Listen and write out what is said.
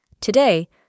Today